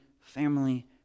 family